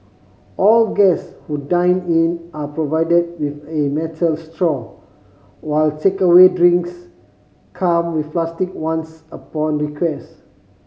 all guest who dine in are provided with a metal straw while takeaway drinks come with plastic ones upon request